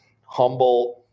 humble